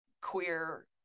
queer